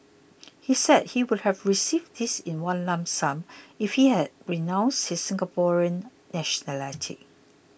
he said he would have received this in one lump sum if he had renounced his Singaporean nationality